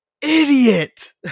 idiot